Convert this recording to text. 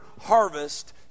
harvest